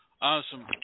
Awesome